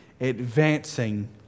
advancing